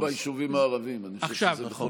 לא רק ביישובים הערביים, אני חושב שזה בכל מקום.